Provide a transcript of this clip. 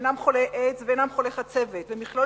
אינם חולי איידס ואינם חולי חצבת ומכלול